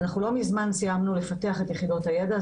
לא מזמן סיימנו לפתח את יחידות הידע,